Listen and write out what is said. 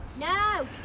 No